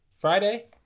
Friday